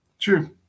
True